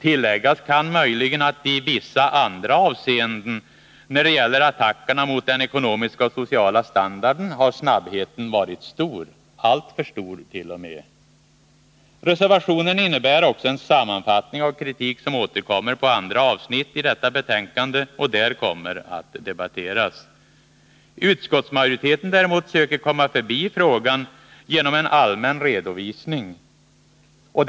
Tilläggas kan möjligen att i vissa andra avseenden — när det gäller attackerna mot den ekonomiska och sociala standarden — har snabbheten varit stor, alltför stor t.o.m. utövning m.m. Reservationen innebär också en sammanfattning av kritik som återkom mer på andra avsnitt i detta betänkande och där kommer att debatteras. Granskningsarbe Utskottsmajoriteten däremot söker komma förbi frågan genom en allmän = tets omfattning redovisning.